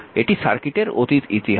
এটি সার্কিটের অতীত ইতিহাস